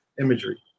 imagery